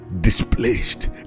displaced